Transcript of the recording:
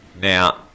Now